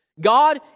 God